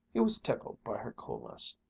he was tickled by her coolness.